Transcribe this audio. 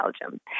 Belgium